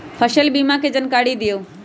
फसल बीमा के जानकारी दिअऊ?